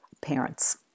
parents